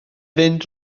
fynd